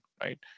right